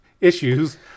issues